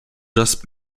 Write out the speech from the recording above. just